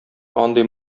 андый